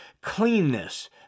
cleanness